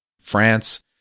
France